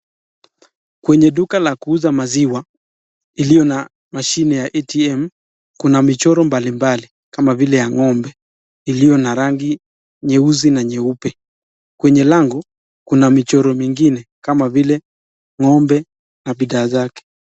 Kwenye duka la kuuza maziwa iliyo na mashine ya atm , kuna michoro mbalimbali, kama vile ya ng'ombe, iliyo na rangi nyeusi na nyeupe, kwenye lango kuna michoro mingine, kama vile ng'ombe na bidhaa zake.